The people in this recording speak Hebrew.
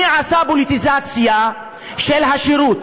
מי עשה פוליטיזציה של השירות?